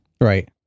Right